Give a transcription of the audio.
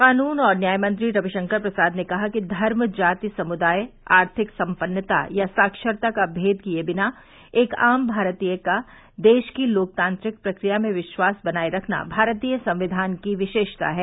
कानून और न्याय मंत्री रविशंकर प्रसाद ने कहा कि घर्म जाति समुदाय आर्थिक सम्मन्ता या साक्षरता का भेद किए बिना एक आम भारतीय का देश की लोकतांत्रिक प्रक्रिया में विश्वास बनाए रखना भारतीय संविधान की विशेषता है